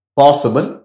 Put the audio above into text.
possible